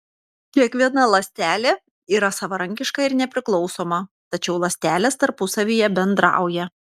kiekviena ląstelė yra savarankiška ir nepriklausoma tačiau ląstelės tarpusavyje bendrauja